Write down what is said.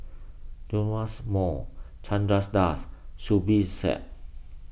Joash Moo Chandra Das Zubir Said